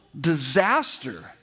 disaster